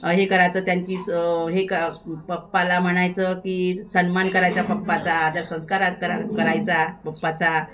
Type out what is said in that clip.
हे करायचं त्यांची स हे क पप्पाला म्हणायचं की सन्मान करायचा पप्पाचा आदरसंस्कार करा करायचा पप्पाचा